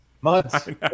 months